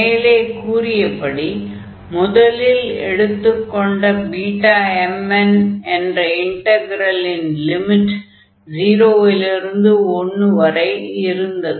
மேலே கூறியபடி முதலில் எடுத்துக் கொண்ட Bmn என்ற இன்டக்ரலின் லிமிட் 0 லிருந்து 1 வரை என்று இருந்தது